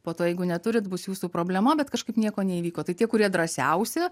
po to jeigu neturit bus jūsų problema bet kažkaip nieko neįvyko tai tie kurie drąsiausi